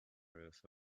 roof